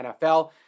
NFL